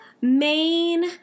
main